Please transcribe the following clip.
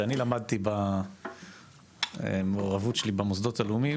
שאני למדתי במעורבות שלי במוסדות הלאומיים,